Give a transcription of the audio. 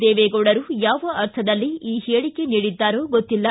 ದೇವೇಗೌಡರು ಯಾವ ಅರ್ಥದಲ್ಲಿ ಈ ಹೇಳಿಕೆ ನೀಡಿದ್ದಾರೋ ಗೊತ್ತಿಲ್ಲ